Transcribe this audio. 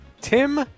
Tim